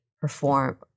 perform